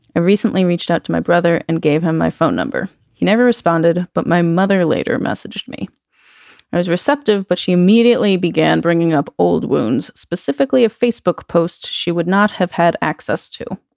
recently reached out to my brother and gave him my phone number. he never responded, but my mother later messaged me and was receptive. but she immediately began bringing up old wounds, specifically a facebook post she would not have had access to.